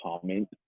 comment